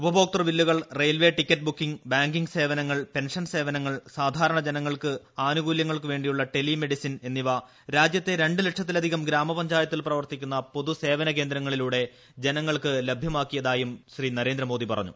ഉപഭോക്തൃ ബില്ലുകൾ railway ticket booking banking സേവനങ്ങൾ പെൻഷൻ സേവനങ്ങൾ സാധാരണ ജനങ്ങളുടെ ആനുകൂല്യങ്ങൾക്കു വേ ിയുള്ള ടെലി മെഡിസിൻ എന്നിവ രാജ്യത്തെ ര ് ലക്ഷത്തിലധികം ഗ്രാമ പഞ്ചായത്തിൽ പ്രവർത്തിക്കുന്ന പൊതുസേവന കേന്ദ്രങ്ങളിലൂടെ ജനങ്ങൾക്ക് ലഭ്യമാക്കിയാതായും ശ്രീ നരേന്ദ്രമോദി പറഞ്ഞു